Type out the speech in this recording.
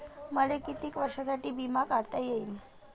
मले कितीक वर्षासाठी बिमा काढता येईन?